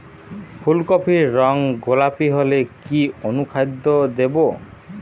ফুল কপির রং গোলাপী হলে কি অনুখাদ্য দেবো?